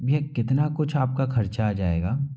भैया कितना कुछ आपका ख़र्चा आ जाएगा